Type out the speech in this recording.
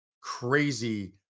crazy